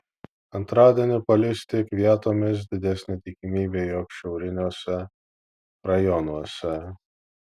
antradienį palis tik vietomis didesnė tikimybė jog šiauriniuose rajonuose